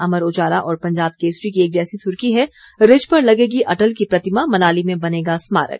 अमर उजाला और पंजाब केसरी की एक जैसी सुर्खी है रिज पर लगेगी अटल की प्रतिमा मनाली में बनेगा स्मारक